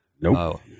Nope